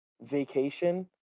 vacation